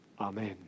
Amen